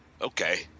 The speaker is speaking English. okay